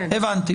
הבנתי.